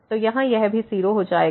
तो यहाँ यह भी 0 हो जाएगा